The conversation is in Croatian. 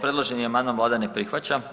Predloženi amandman Vlada ne prihvaća.